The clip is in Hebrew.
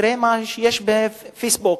תראה מה שיש ב"פייסבוק".